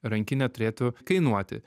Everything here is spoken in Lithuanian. rankinė turėtų kainuoti